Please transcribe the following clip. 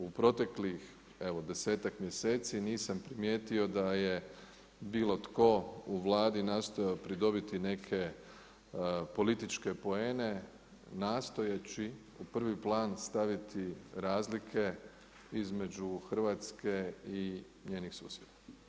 U proteklih, evo 10 mjeseci nisam primijetio da je bilo tko u Vladi nastojao pridobiti neke političke poene nastojeći u prvi plan staviti razlike između Hrvatske i njenih susjeda.